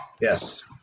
yes